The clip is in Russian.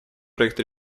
проект